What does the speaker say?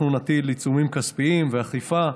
אנחנו נטיל עיצומים כספיים ואכיפה.